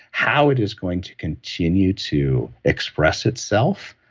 how it is going to continue to express itself.